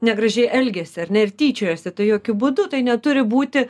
negražiai elgiasi ar ne ir tyčiojasi tai jokiu būdu tai neturi būti